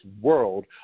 world